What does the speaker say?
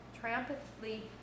triumphantly